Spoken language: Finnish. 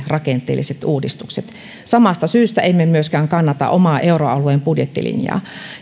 rakenteelliset uudistukset samasta syystä emme myöskään kannata omaa euroalueen budjettilinjaa